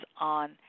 on